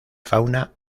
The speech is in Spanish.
fauna